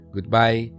Goodbye